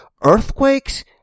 earthquakes